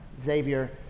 Xavier